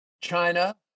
China